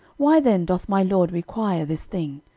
why then doth my lord require this thing?